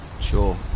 sure